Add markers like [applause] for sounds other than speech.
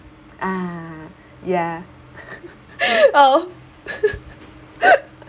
ah ya [laughs] oh [laughs]